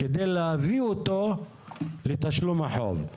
כדי להביא אותו לתשלום החוב.